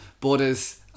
borders